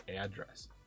address